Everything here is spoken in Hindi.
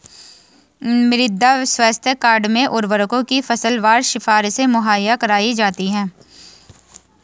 मृदा स्वास्थ्य कार्ड में उर्वरकों की फसलवार सिफारिशें मुहैया कराई जाती है